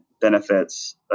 benefits